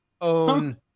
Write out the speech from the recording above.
own